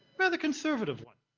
rather conservative one.